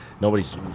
Nobody's